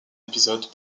épisodes